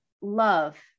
love